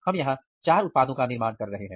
हम यहां 4 उत्पादों का निर्माण कर रहे हैं